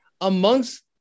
amongst